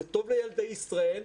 זה טוב לילדי ישראל.